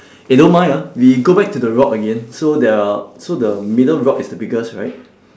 eh don't mind ah we go back to the rock again so there are so the middle rock is the biggest right